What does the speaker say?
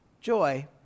joy